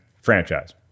franchise